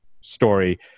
story